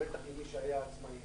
בטח למי שהיה עצמאי